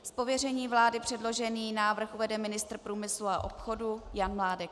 Z pověření vlády předložený návrh uvede ministr průmyslu a obchodu Jan Mládek.